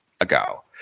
ago